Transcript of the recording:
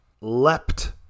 Leapt